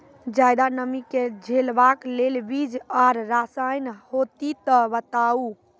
ज्यादा नमी के झेलवाक लेल बीज आर रसायन होति तऽ बताऊ?